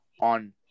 on